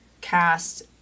cast